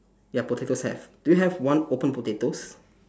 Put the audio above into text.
ya potatoes have do you have one open potatoes